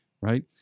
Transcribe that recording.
right